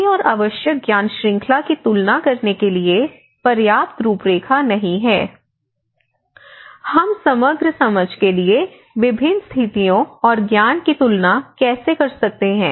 स्थिति और आवश्यक ज्ञान श्रृंखला की तुलना करने के लिए पर्याप्त रूपरेखा नहीं है हम समग्र समझ के लिए विभिन्न स्थितियों और ज्ञान की तुलना कैसे कर सकते हैं